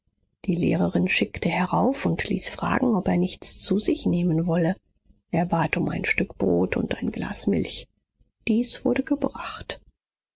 die lehrerin schickte herauf und ließ fragen ob er nichts zu sich nehmen wolle er bat um ein stück brot und ein glas milch dies wurde gebracht